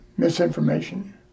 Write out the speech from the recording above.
misinformation